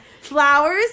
flowers